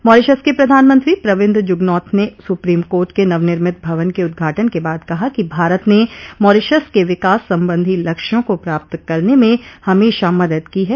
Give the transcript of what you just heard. Mauritius के प्रधानमंत्री प्रविन्द जुगनॉथ ने सुप्रीम कोर्ट के नवनिर्मित भवन के उद्घाटन के बाद कहा कि भारत ने मारीशस के विकास संबंधी लक्ष्यों को प्राप्त करने में हमेशा मदद की है